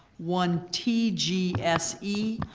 one t g s e,